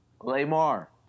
Lamar